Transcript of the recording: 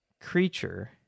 creature